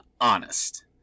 honest